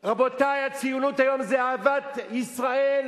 רבותי, הציונות היום זה אהבת ישראל,